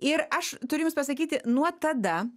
ir aš turiu jums pasakyti nuo tada